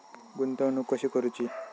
गुंतवणूक कशी करूची?